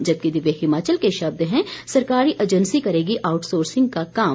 जबकि दिव्य हिमाचल के शब्द हैं सरकारी एंजेसी करेगी आउटसोर्सिंग का काम